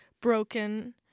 broken